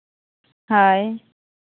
ᱦᱳᱭ